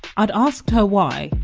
i'd asked her why,